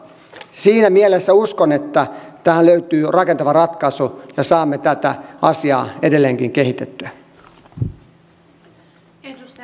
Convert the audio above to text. siinä mielessä uskon että tähän löytyy rakentava ratkaisu ja saamme tätä asiaa edelleenkin kehitettyä